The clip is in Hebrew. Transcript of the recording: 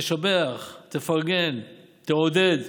תשבח, תפרגן, תעודד.